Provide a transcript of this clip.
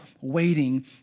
waiting